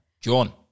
John